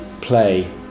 play